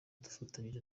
dufatanyije